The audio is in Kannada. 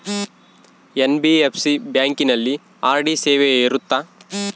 ಎನ್.ಬಿ.ಎಫ್.ಸಿ ಬ್ಯಾಂಕಿನಲ್ಲಿ ಆರ್.ಡಿ ಸೇವೆ ಇರುತ್ತಾ?